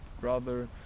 brother